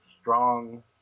strong